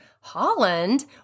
Holland